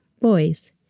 boys